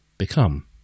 become